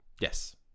Yes